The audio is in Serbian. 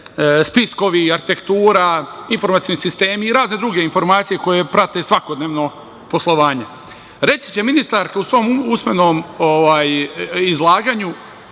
spiskovi i arhitektura, informacioni sistemi i razne druge informacije koje prate svakodnevno poslovanje. Reći će ministarka u svom usmenom izlaganju